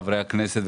חברי הכנסת,